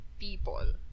people